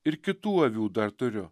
ir kitų avių dar turiu